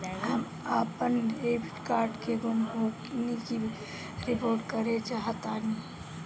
हम अपन debit card के गुम होने की रिपोर्ट करे चाहतानी